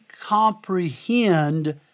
comprehend